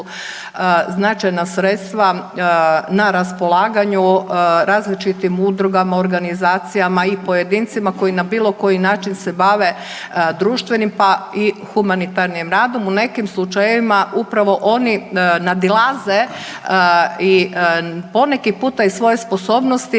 značajna sredstva na raspolaganju različitim udrugama, organizacijama i pojedincima koji na bilo koji način se bave društvenim, pa i humanitarnom radom. U nekim slučajevima upravo oni nadilaze i poneki puta i svoje sposobnosti